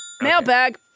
Mailbag